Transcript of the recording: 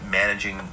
managing